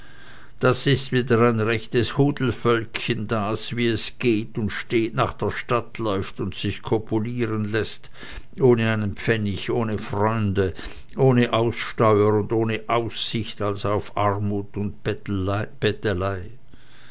das ist wieder ein rechtes hudelvölkchen das wie es geht und steht nach der stadt läuft und sich kopulieren läßt ohne einen pfennig ohne freunde ohne aussteuer und ohne aussicht als auf armut und